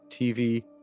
TV